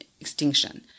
extinction